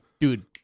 Dude